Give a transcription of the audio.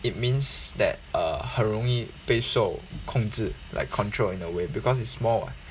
it means that err 很容易被受控制 like control in a way because it's small [what]